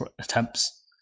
attempts